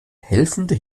helfende